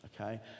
Okay